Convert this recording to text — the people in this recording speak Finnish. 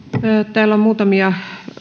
täällä on muutamia